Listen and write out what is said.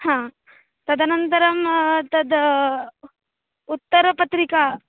हा तदनन्तरं तद् उत्तरपत्रिका